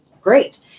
Great